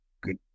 good